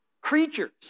creatures